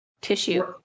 tissue